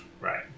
right